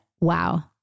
wow